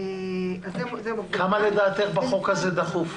עד כמה לדעתך החוק הזה דחוף?